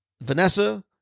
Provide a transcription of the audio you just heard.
Vanessa